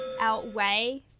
outweigh